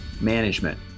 Management